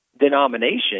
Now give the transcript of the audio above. denomination